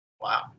Wow